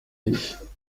vingt